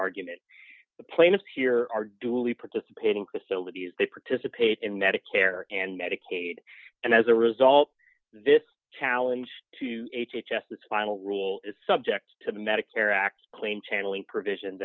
argument the plaintiff here are duly participating facilities they participate in medicare and medicaid and as a result this challenge to h h s this final rule is subject to medicare act claim channeling provision